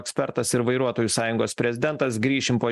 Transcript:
ekspertas ir vairuotojų sąjungos prezidentas grįšim po